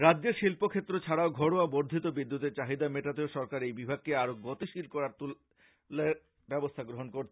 রাজ্যের শিল্প ক্ষেত্র ছাড়াও ঘরোয়া বর্ধিত বিদ্যুতের চাহিদা মেটাতেও সরকার এই বিভাগকে আরো গতিশীল করা তোলার ব্যবস্থ্যা নিয়েছে